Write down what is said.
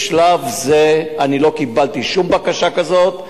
בשלב זה אני לא קיבלתי שום בקשה כזאת.